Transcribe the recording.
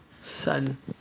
son